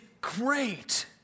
great